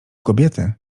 kobiety